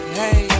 hey